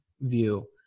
view